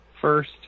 first